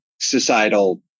societal